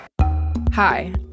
Hi